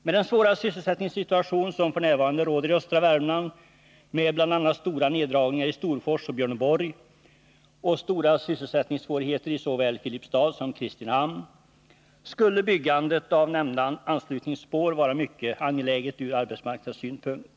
Med den svåra sysselsättningssituation som f. n. råder i östra Värmland, med bl.a. stora neddragningar i Storfors och Björneborg och stora sysselsättningssvårigheter i såväl Filipstad som Kristinehamn, skulle byggandet av nämnda anslutningsspår vara mycket angeläget ur arbetsmarknadssynpunkt.